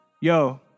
yo